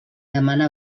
demana